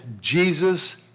Jesus